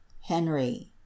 Henry